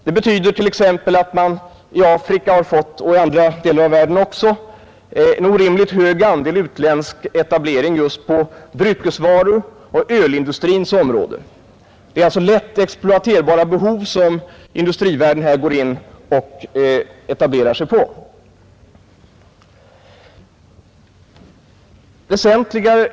Det betyder t.ex. att man i Afrika och även i andra delar av världen har fått en orimligt hög utländsk etablering just på dryckesvarornas, bl.a. ölindustrins, område. Industrivärlden går alltså här in och etablerar sig på områden som gäller lätt exploaterbara behov.